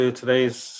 today's